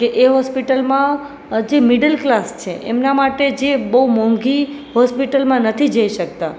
કે એ હોસ્પિટલમાં હજી મિડલ ક્લાસ છે એમના માટે જે બહુ મોંઘી હોસ્પિટલમાં નથી જઈ શકતા